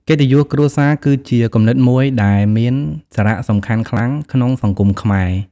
កិត្តិយសគ្រួសារគឺជាគំនិតមួយដែលមានសារៈសំខាន់ខ្លាំងក្នុងសង្គមខ្មែរ។